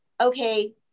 okay